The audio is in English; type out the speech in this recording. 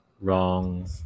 Wrong